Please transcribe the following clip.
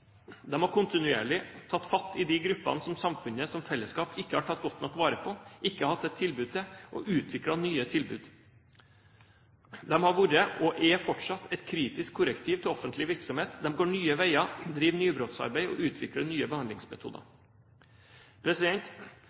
har kontinuerlig tatt fatt i de gruppene som samfunnet som fellesskap ikke har tatt godt nok vare på, ikke hatt et tilbud til, og de har utviklet nye tilbud. De har vært og er fortsatt et kritisk korrektiv til offentlig virksomhet, de går nye veier, driver nybrottsarbeid og utvikler nye behandlingsmetoder.